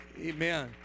Amen